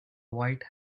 white